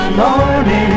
morning